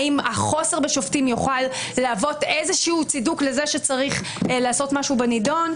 האם החוסר בשופטים יוכל להוות איזה צידוק לזה שצריך לעשות משהו בנידון?